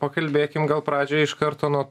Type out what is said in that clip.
pakalbėkim gal pradžiai iš karto nuo